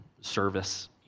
service